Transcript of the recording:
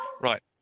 Right